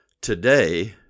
Today